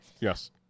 Yes